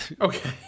okay